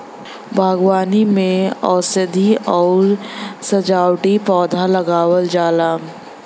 बागवानी में औषधीय आउर सजावटी पौधा लगावल जाला